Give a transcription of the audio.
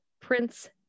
Prince